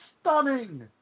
stunning